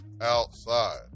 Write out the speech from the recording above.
outside